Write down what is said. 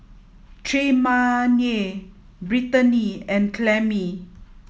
Tremayne Brittanie and Clemie